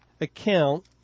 account